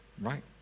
right